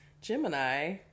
Gemini